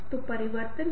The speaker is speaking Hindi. तो यह रिलेशनशिप हैं